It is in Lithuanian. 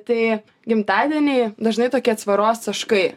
tai gimtadieniai dažnai tokie atsvaros taškai